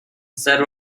that